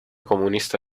comunista